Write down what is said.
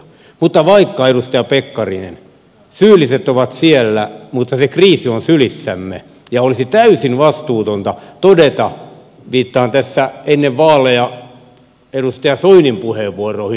mutta vaikka edustaja pekkarinen syylliset ovat siellä niin se kriisi on sylissämme ja olisi täysin vastuutonta todeta viittaan tässä ennen vaaleja edustaja soinin puheenvuoroihin